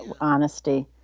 honesty